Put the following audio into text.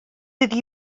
iddi